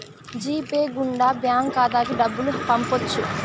G Pay గుండా bank ఖాతాకి డబ్బులు పంపొచ్చు